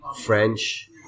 French